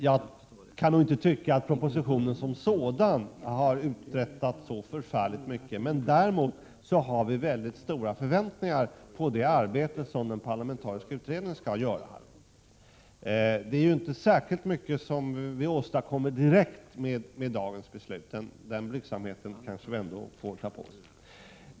Jag kan inte tycka att propositionen som sådan har uträttat så mycket, men däremot har vi mycket stora förväntningar på det arbete som den parlamentariska utredningen skall bedriva. Det är ju inte särskilt mycket konkret som vi åstadkommer med dagens beslut — den blygsamheten får vi kanske ålägga oss.